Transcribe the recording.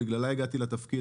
בגללה הגעתי לתפקיד,